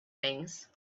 things